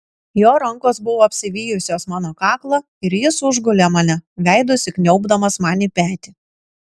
jo rankos buvo apsivijusios mano kaklą ir jis užgulė mane veidu įsikniaubdamas man į petį